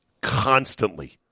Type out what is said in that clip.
constantly